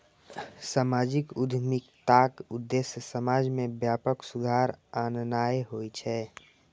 सामाजिक उद्यमिताक उद्देश्य समाज मे व्यापक सुधार आननाय होइ छै